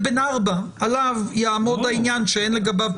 אם זה ריבוי מגעים בגלל התקהלויות,